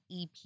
EP